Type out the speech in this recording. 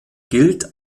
gilt